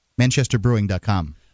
Manchesterbrewing.com